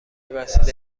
وسیله